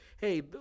hey